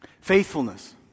faithfulness